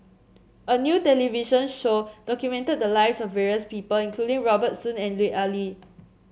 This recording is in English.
a new television show documented the lives of various people including Robert Soon and Lut Ali